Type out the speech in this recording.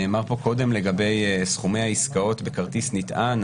נאמר פה קודם לגבי סכומי העסקאות בכרטיס נטען,